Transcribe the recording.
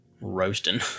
roasting